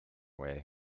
way